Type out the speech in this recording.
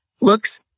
looks